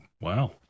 Wow